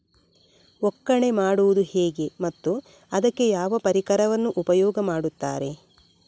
ಒಕ್ಕಣೆ ಮಾಡುವುದು ಹೇಗೆ ಮತ್ತು ಅದಕ್ಕೆ ಯಾವ ಪರಿಕರವನ್ನು ಉಪಯೋಗ ಮಾಡುತ್ತಾರೆ?